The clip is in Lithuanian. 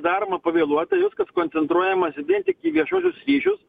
daroma pavėluota viskas koncentruojamasi vien tik į viešuosius ryšius